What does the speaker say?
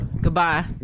Goodbye